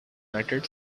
united